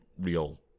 real